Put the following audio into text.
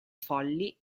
folli